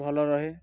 ଭଲ ରହେ